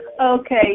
Okay